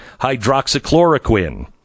hydroxychloroquine